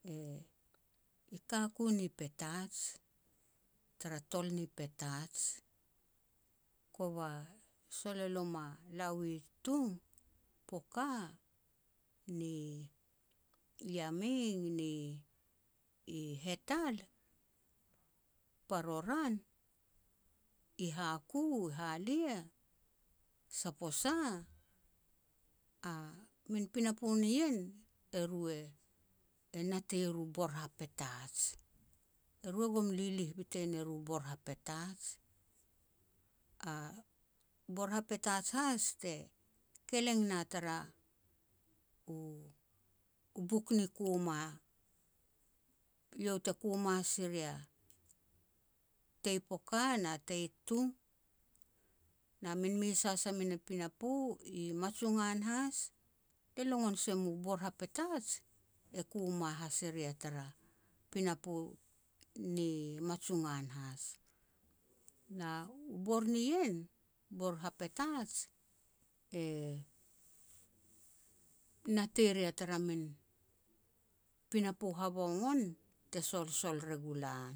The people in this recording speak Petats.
e-e ka ku ni Petats, tara tol ni Petats, kova sol elo ma la ui Tung, Poka, ni Yameng ni Hetal, Paroran, i Haku i Halia, Saposa, a min pinapo nien eru e natei er u bor ni Petats. E ru e gum lilih bitan e ru bor ha Petats. Bor ha Petats has te keleng na turu buk, u-u Buk Ni Kuma. Iau te kuma si ria tei Poka na tei Tung, na min mes has a min pinapo, Matsungan has. Le longon se mu bor ha Petats e kuma se ria tara pinapo ni Matsungan has. Na u bor nien, ha Petats, e natei e ria tara min pinapo havogon te solsol re gu lan.